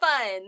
fun